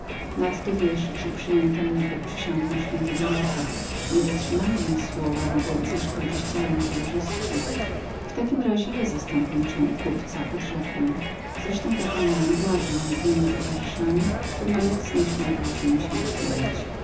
nadto wiesz że przyjęto mnie pod przysionkiem ś rocha nie dotrzymanie więc słowa mogłoby zaszkodzić całemu towarzystwu w takim razie ja zastąpię cię u kupca dodałem z powagą wreszcie taką miałem władzę nad mymi towarzyszami że malec nie śmiał dłużej mi się opierać